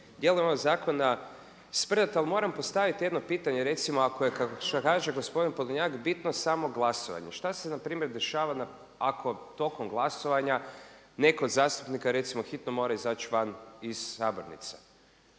dijelovima zakona sprdati ali moram postaviti jedno pitanje, recimo ako je što kaže gospodin Podolnjak bitno samo glasovanje. Šta se na primjer dešava ako tokom glasovanja netko od zastupnica recimo hitno mora izaći van iz sabornice,